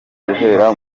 guhera